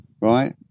Right